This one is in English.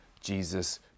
Jesus